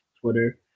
Twitter